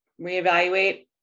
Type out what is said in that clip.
reevaluate